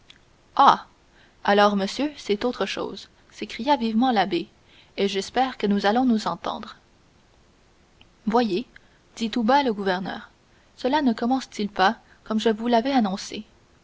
alors monsieur c'est autre chose s'écria vivement l'abbé et j'espère que nous allons nous entendre voyez dit tout bas le gouverneur cela ne commence t il pas comme je vous l'avais annoncé